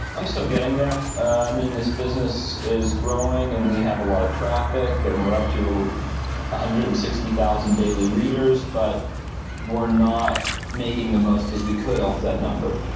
i'm still getting there. i mean, this business is growing and we have a lot of traffic and we're up to one hundred and sixty thousand daily readers. but we're not making the most as we could off that number.